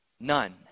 None